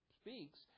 speaks